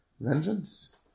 vengeance